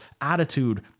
attitude